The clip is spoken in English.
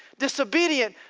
disobedient,